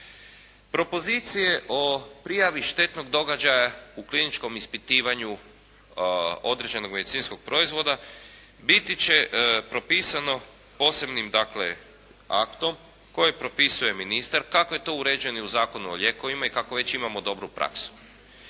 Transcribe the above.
Propozicije o prijavi štetnog događaja u kliničkom ispitivanju određenog medicinskog proizvoda biti će propisano posebnim dakle aktom kojeg propisuje ministar kako je to uređeno u Zakonu o lijekovima i kako već imamo dobru praksu.